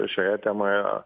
šioje temoje